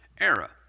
era